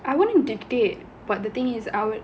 I wouldn't dictate but the thing is I will